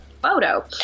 photo